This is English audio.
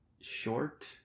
short